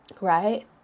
right